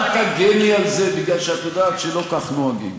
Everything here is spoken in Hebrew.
אל תגני על זה, מפני שאת יודעת שלא כך נוהגים.